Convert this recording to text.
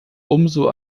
umso